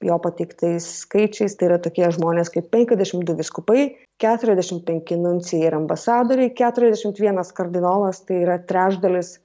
jo pateiktais skaičiais tai yra tokie žmonės kaip penkiasdešimt du vyskupai keturiasdešimt penki nuncijai ir ambasadoriai keturiasdešimt vienas kardinolas tai yra trečdalis